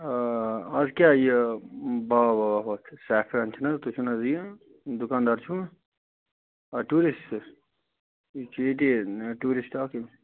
اَز کیٛاہ یہِ باوا واوا ہوٚتھ سیفرَن چھِنہٕ حظ تُہۍ چھُو نا حظ یہِ دُکانٛدار چھُو آ ٹیوٗرِسٹہٕ چھُس یہِ چھُ ییٚتی ٹیوٗرِسٹہٕ اَکھ یِم